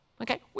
Okay